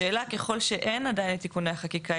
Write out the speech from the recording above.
השאלה ככול שאין עדיין את תיקוני החקיקה,